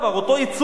אותו יצור,